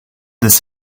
this